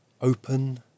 open